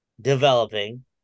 developing